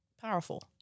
powerful